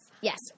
Yes